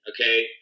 Okay